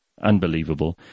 Unbelievable